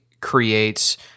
creates